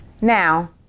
now